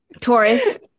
Taurus